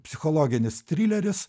psichologinis trileris